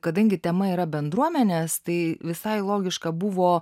kadangi tema yra bendruomenės tai visai logiška buvo